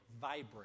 vibrate